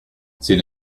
sin